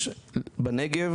יש בנגב,